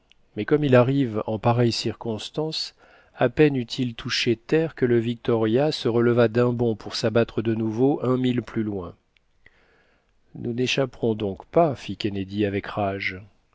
mais comme il arrive en pareille circonstance à peine eut-il touché terre que le victoria se releva d'un bond pour s'abattre de nouveau un mille plus loin nous n'échapperons donc pas fit kennedy avec rage